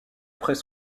après